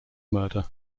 murder